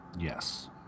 Yes